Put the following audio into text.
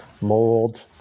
mold